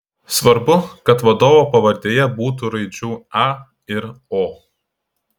svarbu kad vadovo pavardėje būtų raidžių a ir o